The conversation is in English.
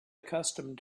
accustomed